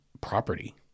property